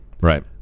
Right